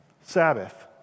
Sabbath